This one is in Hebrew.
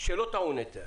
שלא טעון היתר